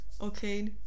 Okay